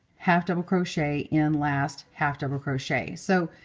half double crochet, end last, half double crochet. so